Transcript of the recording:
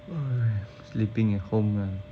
sleeping at home lah